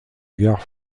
gare